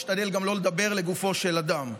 משתדל גם לא לדבר לגופו של אדם.